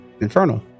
Infernal